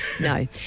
no